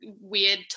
weird